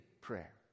prayer